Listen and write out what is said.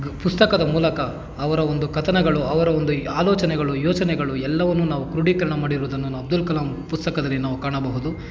ಪುಸ್ತಕದ ಮೂಲಕ ಅವರ ಒಂದು ಕಥನಗಳು ಅವರ ಒಂದು ಆಲೋಚನೆಗಳು ಯೋಚನೆಗಳು ಎಲ್ಲವನ್ನೂ ನಾವು ಕ್ರೋಢೀಕರಣ ಮಾಡಿರೋದನ್ನು ಅಬ್ಬುಲ್ ಕಲಾಮ್ ಪುಸ್ತಕದಲ್ಲಿ ನಾವು ಕಾಣಬಹುದು